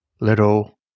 little